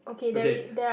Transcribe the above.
okay